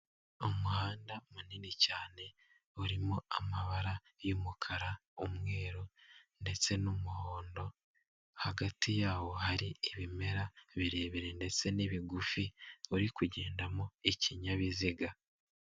Umuhanda munini cyane urimo amabara y'umukara, umweru, ndetse n'umuhondo, hagati yawo hari ibimera birebire ndetse n'ibigufi, uri kugendamo ikinyabiziga.